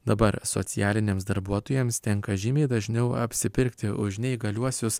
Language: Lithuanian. dabar socialiniams darbuotojams tenka žymiai dažniau apsipirkti už neįgaliuosius